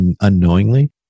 unknowingly